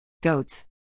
goats